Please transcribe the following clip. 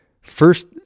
first